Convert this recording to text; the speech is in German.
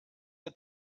der